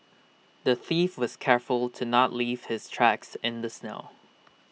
the thief was careful to not leave his tracks in the snow